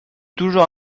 toujours